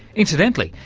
incidentally,